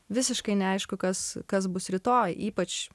visiškai neaišku kas kas bus rytoj ypač